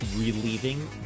relieving